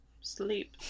Sleep